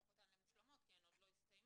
הן עוד לא יסתיימו.